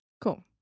Cool